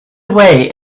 away